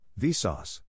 Vsauce